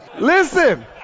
Listen